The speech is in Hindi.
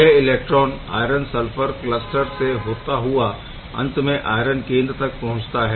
यह इलेक्ट्रॉन आयरन सल्फर क्लसटर से होता हुआ अंत में आयरन केंद्र तक पहुँचता है